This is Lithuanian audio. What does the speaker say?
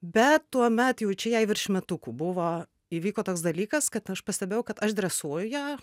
bet tuomet jau čia jei virš metukų buvo įvyko toks dalykas kad aš pastebėjau kad aš dresuoju ją